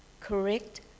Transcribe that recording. correct